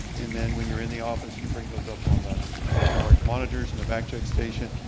and then when you're in the office, you bring those up on the the two large monitors in the back check station,